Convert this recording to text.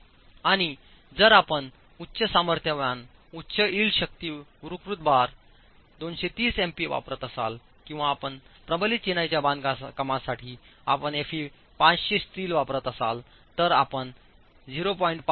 आणि जर आपण उच्च सामर्थ्यवान उच्च इल्डशक्ती विकृत बार 230 एमपीए वापरत असाल किंवा आपण प्रबलित चिनाईच्या बांधकामासाठी आपण Fe 500 स्टील वापरत असाल तर आपण 0